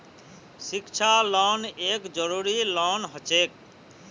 शिक्षा लोन एक जरूरी लोन हछेक